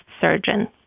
surgeon